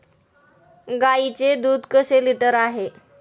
गाईचे दूध कसे लिटर आहे?